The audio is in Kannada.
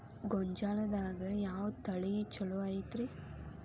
ಗೊಂಜಾಳದಾಗ ಯಾವ ತಳಿ ಛಲೋ ಐತ್ರಿ?